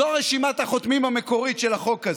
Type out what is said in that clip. זו רשימת החותמים המקורית של החוק הזה.